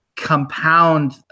compound